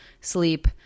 sleep